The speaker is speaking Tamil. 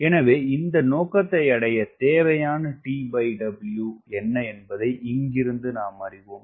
எனவே இந்த நோக்கத்தை அடைய தேவையான TW என்ன என்பதை இங்கிருந்து நாம் அறிவோம்